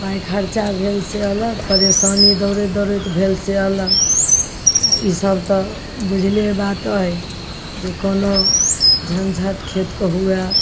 पाइ खरचा भेल से अलग परेशानी दौड़ैत दौड़ैत भेल से अलग आओर ईसब तऽ बुझले बात अइ जे कोनो झँझटि खेतके हुए